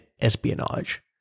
espionage